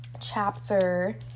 chapter